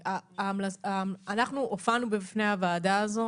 אנחנו הופענו בפני הוועדה הזאת